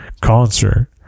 concert